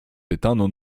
pytano